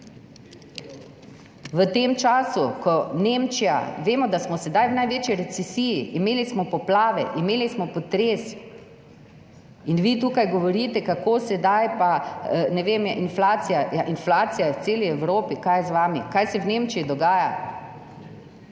V tem času, ko Nemčija, vemo, da smo sedaj v največji recesiji, imeli smo poplave, imeli smo potres in vi tukaj govorite, kako je pa sedaj inflacija. Inflacija je po celi Evropi. Kaj je z vami? Kaj se v Nemčiji dogaja?